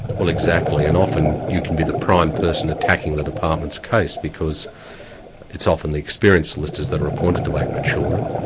well exactly. and often you can be the prime person attacking the department's case because it's often the experienced solicitors that are appointed to act for children.